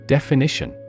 Definition